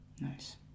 Nice